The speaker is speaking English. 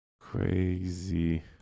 crazy